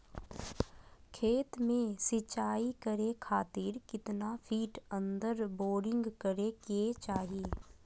खेत में सिंचाई करे खातिर कितना फिट अंदर बोरिंग करे के चाही?